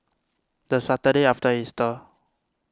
the Saturday after Easter